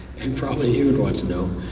and probably you and want to know.